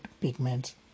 pigments